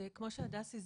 יותר